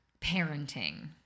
parenting